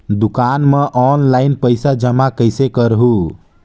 दुकान म ऑनलाइन पइसा जमा कइसे करहु?